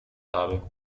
habe